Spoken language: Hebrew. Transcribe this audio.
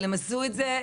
אבל הם עשו את זה,